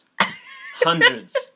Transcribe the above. hundreds